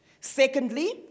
Secondly